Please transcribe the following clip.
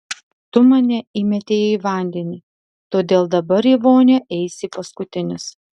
tu mane įmetei į vandenį todėl dabar į vonią eisi paskutinis